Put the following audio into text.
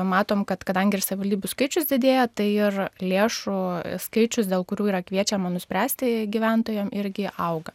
matom kad kadangi ir savivaldybių skaičius didėja tai ir lėšų skaičius dėl kurių yra kviečiama nuspręsti gyventojam irgi auga